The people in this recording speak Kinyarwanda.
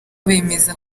bemeza